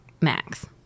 Max